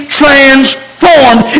transformed